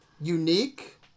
Unique